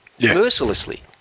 Mercilessly